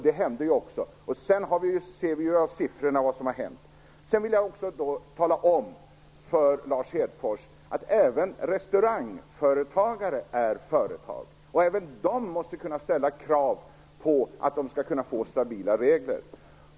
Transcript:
Det hände ju också, och vad som hänt sedan visar siffrorna. Jag vill också tala om för Lars Hedfors att även restaurangföretagare driver företag, och även de måste kunna ställa krav på att få stabila regler.